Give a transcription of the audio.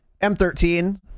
M13